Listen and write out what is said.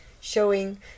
showing